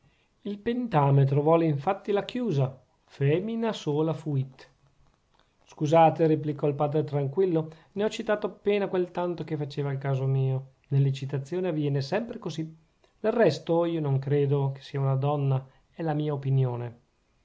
il pentametro vuole infatti la chiusa foemina sola fuit scusate replicò il padre tranquillo ne ho citato appena quel tanto che faceva al caso mio nelle citazioni avviene sempre così del resto io non credo che sia una donna è la mia opinione